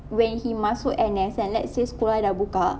when he masuk N_S and let say sekolah sudah buka